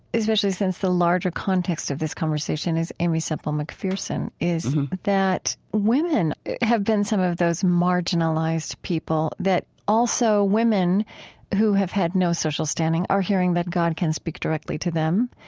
especially since the larger context of this conversation is aimee semple mcpherson, is that women have been some of those marginalized people, that also women who have had no social standing are hearing that god can speak directly to them,